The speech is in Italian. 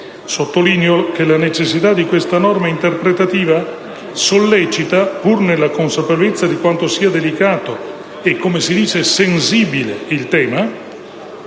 Sottolineo che la necessità di questa norma interpretativa, pur nella consapevolezza di quanto sia delicato e - come si dice - sensibile il tema,